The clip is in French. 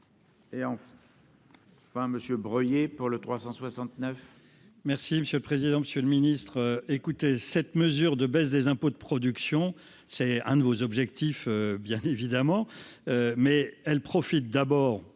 Monsieur Breuiller pour le 369 merci monsieur le président, Monsieur le Ministre, écoutez cette mesure de baisse des impôts, de production, c'est un de vos objectifs, bien évidemment, mais elle profite d'abord